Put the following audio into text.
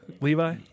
Levi